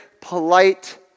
Polite